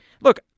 look